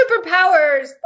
Superpowers